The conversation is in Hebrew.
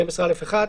12א(1),